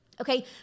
okay